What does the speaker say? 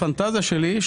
הפנטזיה שלי,